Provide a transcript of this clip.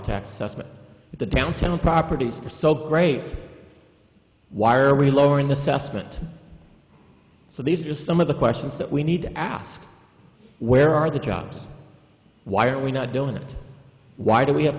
susman the downtown properties are so great why are we lowering assessment so these are just some of the questions that we need to ask where are the jobs why are we not doing that why do we have